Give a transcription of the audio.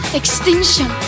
extinction